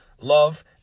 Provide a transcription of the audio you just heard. love